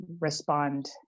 respond